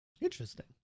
Interesting